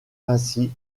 ainsi